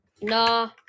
Nah